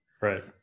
Right